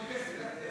לא נמצא.